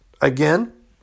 Again